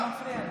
אתה מפריע לי.